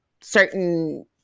certain